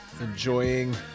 enjoying